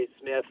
Smith